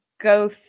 go